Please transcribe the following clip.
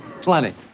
plenty